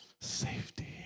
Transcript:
Safety